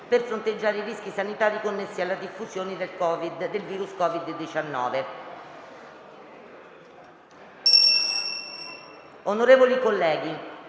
per fronteggiare i rischi sanitari connessi alla diffusione del virus COVID-19»